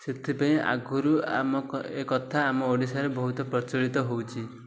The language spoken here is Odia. ସେଥିପାଇଁ ଆଗରୁ ଆମ ଏ କଥା ଆମ ଓଡ଼ିଶାରେ ବହୁତ ପ୍ରଚଳିତ ହେଉଛି